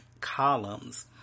columns